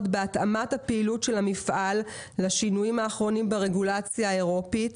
בהתאמת הפעילות של המפעל לשינויים האחרונים ברגולציה האירופית.